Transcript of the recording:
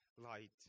light